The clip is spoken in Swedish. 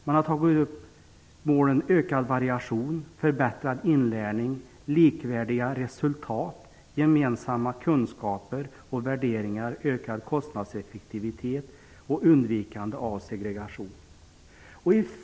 Man har tagit upp ökad variation, förbättrad inlärning, likvärdiga resultat, gemensamma kunskaper och värderingar, ökad kostnadseffektivitet och undvikande av segregation.